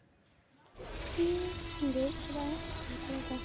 ᱜᱮᱫ ᱠᱮᱫᱟᱭ ᱛᱟᱨᱯᱚᱨᱮ ᱫᱚ